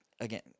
again